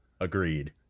Agreed